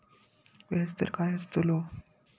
व्याज दर काय आस्तलो?